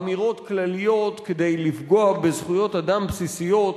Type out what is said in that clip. אמירות כלליות כדי לפגוע בזכויות אדם בסיסיות